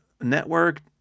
network